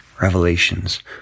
revelations